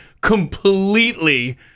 completely